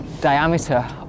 diameter